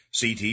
CT